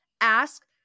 ask